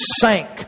sank